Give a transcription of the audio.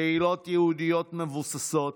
קהילות יהודיות מבוססות,